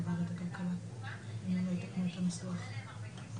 דובר כאן על הצורך בלשלם לעורכי דין שכר טרחה.